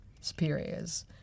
superiors